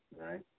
right